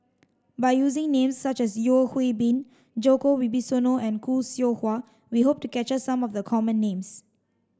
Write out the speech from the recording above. by using names such as Yeo Hwee Bin Djoko Wibisono and Khoo Seow Hwa we hope to capture some of the common names